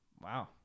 Wow